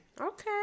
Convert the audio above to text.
Okay